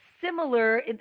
similar